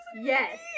Yes